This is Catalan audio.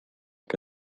que